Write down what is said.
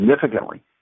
significantly